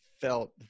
felt